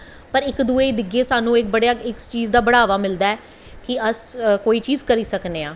पर इक दुए गी दिक्खियै साह्नू इस चीज़ दा बड़ावा मिलदा ऐ कि अस कोई चीज़ करी सकने आं